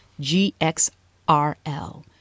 GXRL